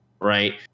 right